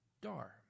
Dar